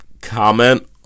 comment